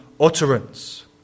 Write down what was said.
utterance